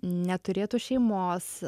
neturėtų šeimos